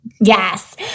Yes